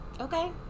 Okay